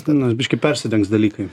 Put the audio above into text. nors biškį persidengs dalykai